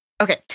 okay